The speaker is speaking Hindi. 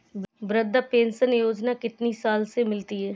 वृद्धा पेंशन योजना कितनी साल से मिलती है?